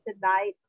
tonight